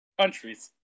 Countries